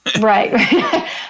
Right